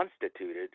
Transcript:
constituted